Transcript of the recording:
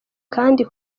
kandi